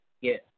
Yes